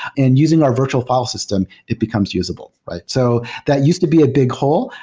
and using our virtual f ile system, it becomes usable. so that used to be a big hole.